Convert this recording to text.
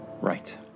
Right